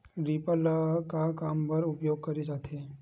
Reaper ल का काम बर उपयोग करे जाथे?